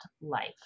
life